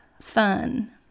fun